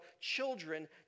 children